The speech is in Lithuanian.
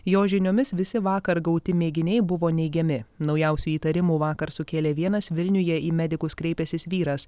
jo žiniomis visi vakar gauti mėginiai buvo neigiami naujausių įtarimų vakar sukėlė vienas vilniuje į medikus kreipęsis vyras